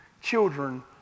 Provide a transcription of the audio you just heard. children